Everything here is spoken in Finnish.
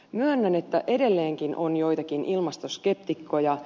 myönnän että edelleenkin on joitakin ilmastoskeptikkoja